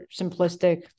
simplistic